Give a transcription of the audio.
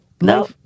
no